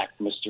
Mr